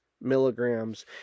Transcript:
milligrams